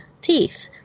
teeth